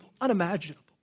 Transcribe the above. Unimaginable